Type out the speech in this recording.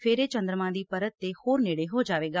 ਫਿਰ ਇਹ ਚੰਦਰਮਾ ਦੀ ਪਰਤ ਦੇ ਹੋਰ ਨੇੜੇ ਹੋ ਜਾਵੇਗਾ